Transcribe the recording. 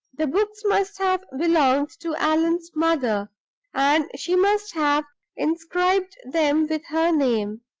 the books must have belonged to allan's mother and she must have inscribed them with her name,